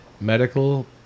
medical